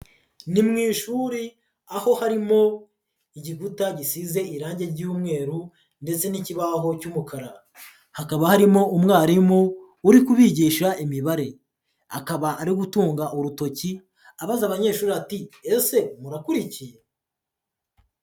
Ni mu ishuri aho harimo igikuta gisize irangi ry'umweru ndetse n'ikibaho cy'umukara, hakaba harimo umwarimu uri kubigisha imibare, akaba ari gutunga urutoki abaza abanyeshuri ati: ''ese murakurikiye''?